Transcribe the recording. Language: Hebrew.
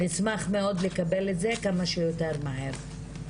נשמח מאוד לקבל את זה כמה שיותר מהר.